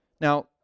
Now